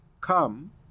Come